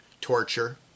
torture